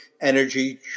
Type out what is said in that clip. Energy